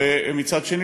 ומצד שני,